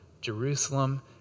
Jerusalem